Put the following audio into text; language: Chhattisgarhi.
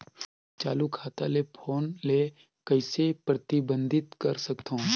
चालू खाता ले फोन ले कइसे प्रतिबंधित कर सकथव?